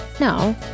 No